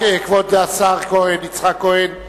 כבוד השר יצחק כהן.